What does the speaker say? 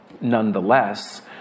nonetheless